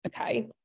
okay